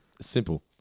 Simple